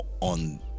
on